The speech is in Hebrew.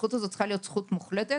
הזכות צריכה להיות מוחלטת